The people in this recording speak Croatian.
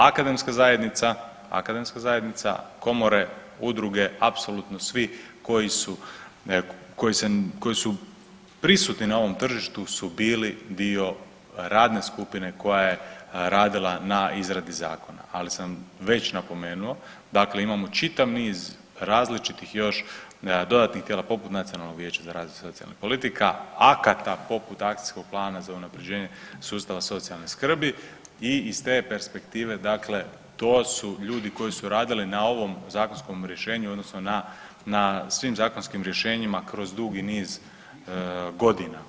Akademska zajednica, akademska zajednica, komore, udruge apsolutno svi koji se, koji su prisutni na ovom tržištu su bili dio radne skupine koja je radila na izradi zakona, ali sam već napomenuo dakle imamo čitav niz različitih još dodatnih tijela poput Nacionalnog vijeća za razvoj socijalnih politika, akata poput Akcijskog plana za unapređenje sustava socijalne skrbi i iz te je perspektive dakle to su ljudi koji su radili na ovom zakonskom rješenju odnosno na svim zakonskim rješenjima kroz dugi niz godina.